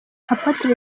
apotre